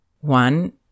One